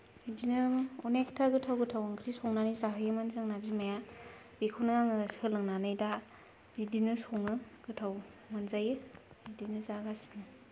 बिदिनो अनेकता गोथाव गोथाव ओंख्रि संनानै जाहोयोमोन जोंना बिमाया बेखौनो आङो सोलोंनानै दा बिदिनो सङो गोथाव मोनजायो बिदिनो जागासिनो